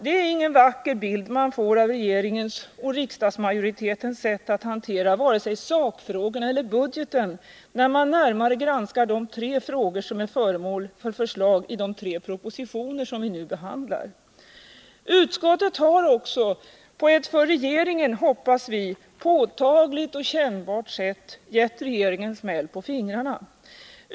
Det är ingen vacker bild man får av regeringens och riksdagsmajoritetens sätt att hantera vare sig sakfrågorna eller budgeten när man närmare granskar de tre frågor som är föremål för förslag i de tre propositioner som vi nu behandlar. Utskottet har också på ett för regeringen, hoppas vi, påtagligt och kännbart sätt gett regeringen smäll på fingrarna.